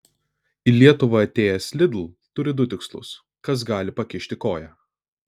į lietuvą atėjęs lidl turi du tikslus kas gali pakišti koją